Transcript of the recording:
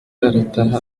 arataha